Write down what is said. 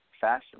fashion